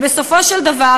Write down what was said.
בסופו של דבר,